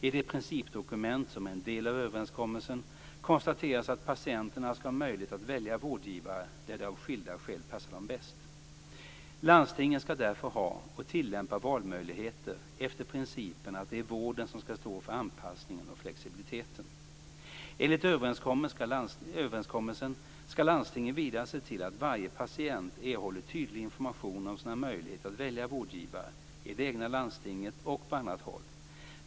I det principdokument som är en del av överenskommelsen konstateras att patienterna skall ha möjligheter att välja vårdgivare där det av skilda skäl passar dem bäst. Landstingen skall därför ha och tillämpa valmöjligheter efter principen att det är vården som skall stå för anpassningen och flexibiliteten. Enligt överenskommelsen skall landstingen vidare se till att varje patient erhåller tydlig information om sina möjligheter att välja vårdgivare, i det egna landstinget och på annat håll.